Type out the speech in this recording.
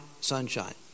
sunshine